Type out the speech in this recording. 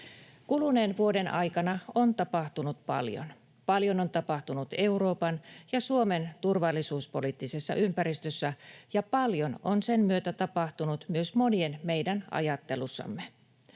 Kuluneen vuoden aikana on tapahtunut paljon: paljon on tapahtunut Euroopan ja Suomen turvallisuuspoliittisessa ympäristössä, ja paljon on sen myötä tapahtunut myös meistä monien ajattelussa.